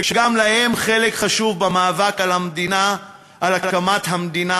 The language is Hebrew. שגם להם חלק חשוב במאבק על הקמת המדינה,